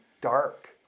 dark